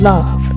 Love